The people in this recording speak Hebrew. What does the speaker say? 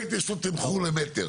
פרויקט פשוט תלכו למטר.